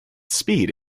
speed